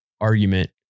argument